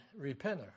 Repenter